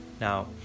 Now